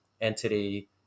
entity